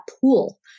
pool